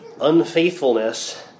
unfaithfulness